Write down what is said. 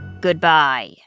Goodbye